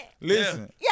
Listen